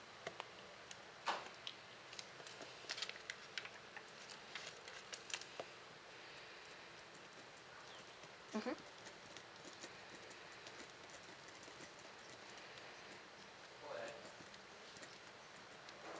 mmhmm